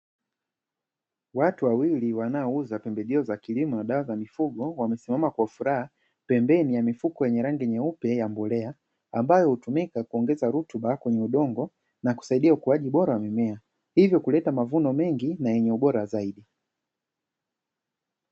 Watu wawili wanaouza pembejeo za kilimo na dawa za mifugo wamesimama kwa furaha pembeni ya mifuko yenye rangi nyeupe ya mbolea, ambayo hutumika kuongeza rutuba kwenye udongo na kusaidia ukuaji bora wa mimea hivyo kuleta mavuno mengi na yenye ubora zaidi.